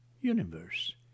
universe